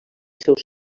seus